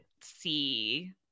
see